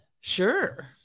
Sure